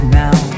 now